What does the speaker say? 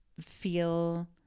feel